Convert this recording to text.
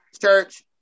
church